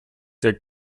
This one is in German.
der